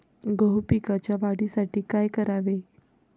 गहू पिकाच्या वाढीसाठी काय करावे?